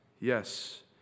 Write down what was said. yes